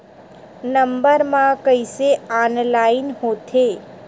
Number मा कइसे online होथे?